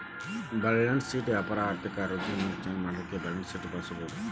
balance sheet ವ್ಯಾಪಾರದ ಆರ್ಥಿಕ ಆರೋಗ್ಯವನ್ನ ಮೇಲ್ವಿಚಾರಣೆ ಮಾಡಲಿಕ್ಕೆ ಬ್ಯಾಲನ್ಸ್ಶೇಟ್ ಬಳಸಬಹುದು